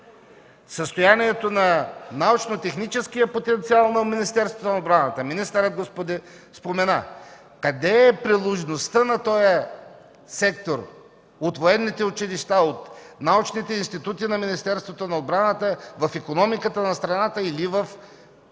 Състоянието на научно-техническия потенциал на Министерството на отбраната, министърът го спомена. Къде е приложността на този сектор – от военните училища, от научните институти на Министерството на отбраната, в икономиката на страната или в